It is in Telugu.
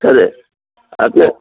సరే అట్లే